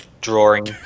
drawing